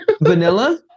Vanilla